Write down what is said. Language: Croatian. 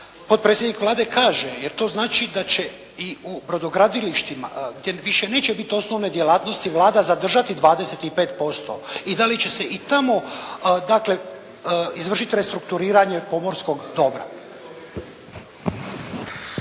potpredsjednik Vlade kaže jel' to znači da će i u brodogradilištima gdje više neće biti osnovne djelatnosti Vlada zadržati 25%? I da li će se i tamo dakle izvršiti restrukturiranje pomorskog dobra?